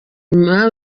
nyuma